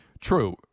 True